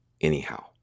anyhow